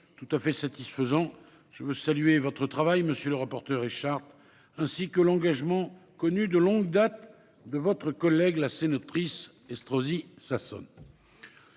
tout à fait satisfaisant. Je veux saluer votre travail. Monsieur le rapporteur, écharpe, ainsi que l'engagement connue de longue date de votre collègue la scène, autrice Estrosi Sassone.